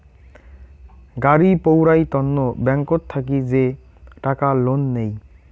গাড়ি পৌরাই তন্ন ব্যাংকত থাকি যে টাকা লোন নেই